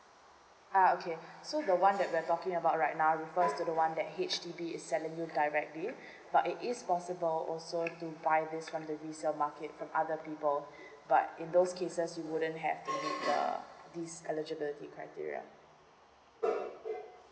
ah okay so the one that we're talking about right now refers to the one that H_D_B is selling you directly but it is possible also to buy this from the resale market from other people but in those cases you wouldn't have the uh this eligibility criteria